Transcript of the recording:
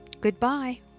Goodbye